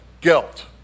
guilt